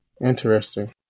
interesting